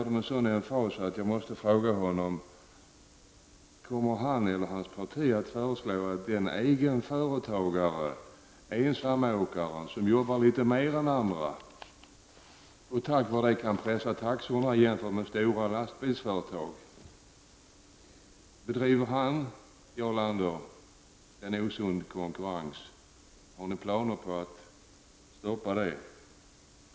Då måste jag fråga honom: Kommer han eller hans parti att föreslå att en egenföretagare, ensamåkare, som arbetar litet mer än andra och tack vare detta kan pressa taxorna jämfört med stora lastbilsföretag skall stoppas därför att han bedriver osund konkurrens? Har ni sådana planer, Jarl Lander?